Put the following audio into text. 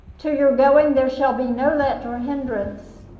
to your going there shall be no let or hindrance.